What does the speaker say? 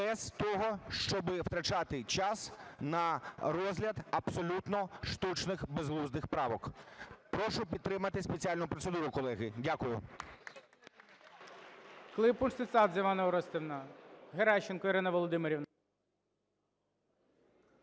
без того, щоб витрачати час на розгляд абсолютно штучних безглуздих правок. Прошу підтримати спеціальну процедуру, колеги. Дякую.